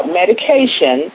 medication